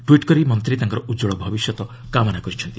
tweet କରି ମନ୍ତ୍ରୀ ତାଙ୍କର ଉତ୍କଳ ଭବିଷ୍ୟତ କାମନା କରିଚ୍ଛନ୍ତି